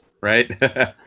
Right